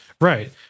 Right